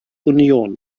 union